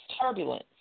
turbulence